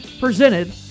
presented